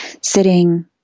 sitting